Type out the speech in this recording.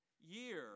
year